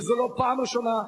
וזו לא הפעם הראשונה,